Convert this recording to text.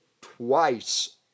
twice